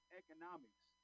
economics